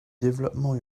développement